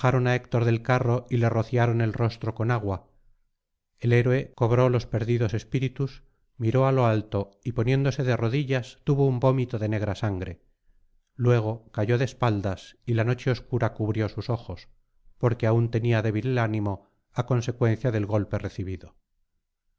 héctor del carro y le rociaron el rostro con agua el héroe cobró los perdidos espíritus miró á lo alto y poniéndose de rodillas tuvo un vómito de negra sangre luego cayó de espaldas y la noche obscura cubrió sus ojos porque aún tenía débil el ánimo á consecuencia del golpe recibido